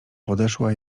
podeszła